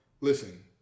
listen